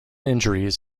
injuries